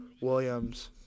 Williams